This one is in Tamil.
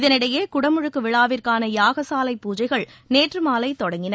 இதனிடையே குடமுழுக்கு விழாவிற்கான யாகசாலை பூஜைகள் நேற்று மாலை தொடங்கின